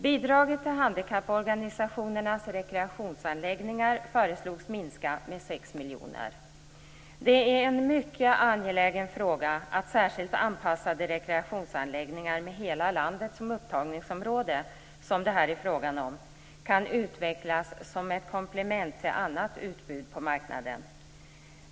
Bidraget till handikapporganisationernas rekreationsanläggningar föreslogs minska med 6 miljoner. Det är en mycket angelägen fråga att särskilt anpassade rekreationsanläggningar med hela landet som upptagningsområde, som det här är fråga om, kan utvecklas som ett komplement till annat utbud på marknaden.